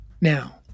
Now